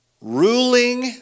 ruling